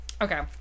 Okay